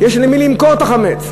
החמץ, יש למי למכור את החמץ.